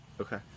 Okay